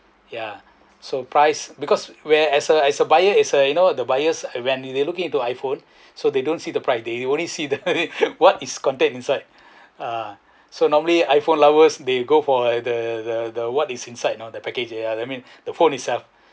ya so price because we're as a as a buyer is uh you know the buyers when they looking into I_phone so they don't see the price they only see the what is contained inside ah so normally I_phone lowest they go for the the the what is inside you know the package that mean the phone itself